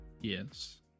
Yes